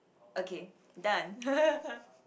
okay done